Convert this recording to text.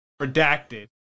Redacted